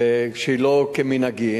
שלא כמנהגי,